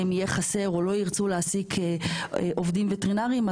יהיה חסר או לא ירצו להעסיק עובדים וטרינרים,